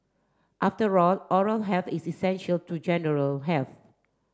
after all oral health is essential to general health